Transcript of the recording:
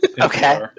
Okay